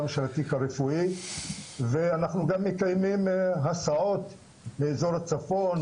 גם של התיק הרפואי ואנחנו גם מקיימים הסעות לאזור הצפון,